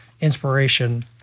inspiration